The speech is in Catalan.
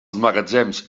magatzems